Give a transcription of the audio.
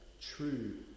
True